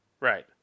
Right